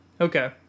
okay